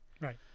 Right